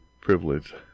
privilege